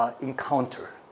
encounter